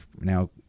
now